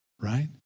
right